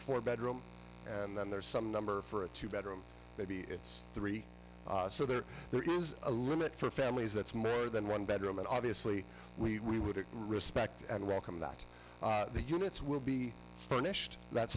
a four bedroom and then there's some number for a two bedroom maybe it's three so that there is a limit for families that's more than one bedroom and obviously we would respect and welcome that the units will be furnished that's